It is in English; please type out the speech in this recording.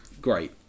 great